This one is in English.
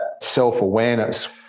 self-awareness